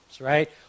right